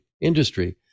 industry